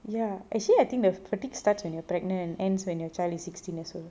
ya actually I think the fatigue starts when you're pregnant and ends when your child is sixteen years old